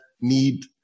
need